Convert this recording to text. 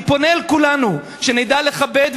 אני פונה אל כולנו שנדע לכבד,